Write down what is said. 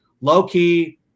low-key